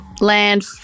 land